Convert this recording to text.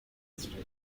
history